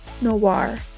Noir